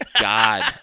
God